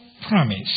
promise